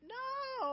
no